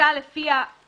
פסקה שלפיה